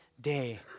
day